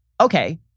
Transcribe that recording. okay